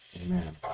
Amen